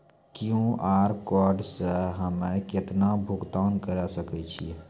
QR code से हम्मय केतना भुगतान करे सके छियै?